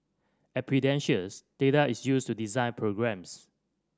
at Prudentials data is used to design programmes